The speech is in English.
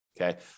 okay